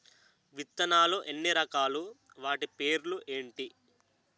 విత్తనాలు ఎన్ని రకాలు, వాటి పేర్లు ఏంటి?